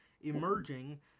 emerging